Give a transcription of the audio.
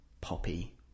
poppy